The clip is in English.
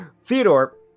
Theodore